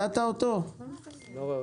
הכסף הזה מוסט עכשיו למרכז,